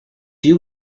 you